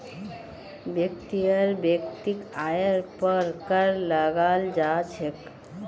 व्यक्तिर वैयक्तिक आइर पर कर लगाल जा छेक